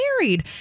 married